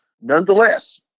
Nonetheless